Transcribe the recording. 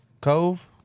Cove